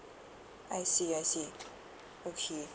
I see I see okay